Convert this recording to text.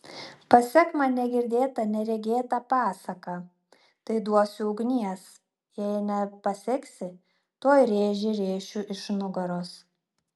pasek man negirdėtą neregėtą pasaką tai duosiu ugnies jei nepaseksi tuoj rėžį rėšiu iš nugaros